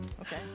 Okay